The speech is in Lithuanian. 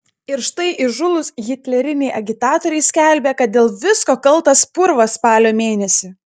ir štai įžūlūs hitleriniai agitatoriai skelbia kad dėl visko kaltas purvas spalio mėnesį